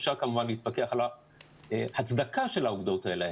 אפשר כמובן להתווכח על ההצדקה של העובדות האלה,